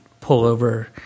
pullover